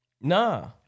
Nah